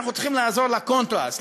אנחנו צריכים לעזור ל"קונטראס",